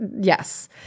yes